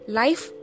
life